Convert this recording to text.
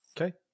Okay